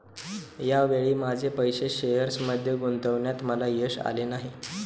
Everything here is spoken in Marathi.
या वेळी माझे पैसे शेअर्समध्ये गुंतवण्यात मला यश आले नाही